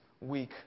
week